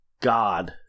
god